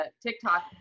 TikTok